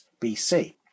BC